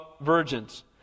virgins